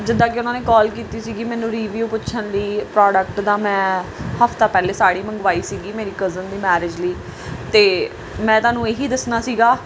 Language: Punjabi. ਜਿੱਦਾਂ ਕਿ ਉਹਨਾਂ ਨੇ ਕੌਲ ਕੀਤੀ ਸੀਗੀ ਮੈਨੂੰ ਰੀਵਿਊ ਪੁੱਛਣ ਲਈ ਪ੍ਰੋਡਕਟ ਦਾ ਮੈਂ ਹਫ਼ਤਾ ਪਹਿਲੇ ਸਾੜੀ ਮੰਗਵਾਈ ਸੀਗੀ ਮੇਰੀ ਕਜ਼ਨ ਦੀ ਮੈਰਿਜ ਲਈ ਅਤੇ ਮੈਂ ਤੁਹਾਨੂੰ ਇਹੀ ਦੱਸਣਾ ਸੀਗਾ